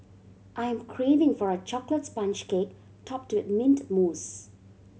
I'm craving for a chocolate sponge cake topped with mint mousse